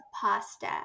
pasta